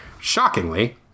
Shockingly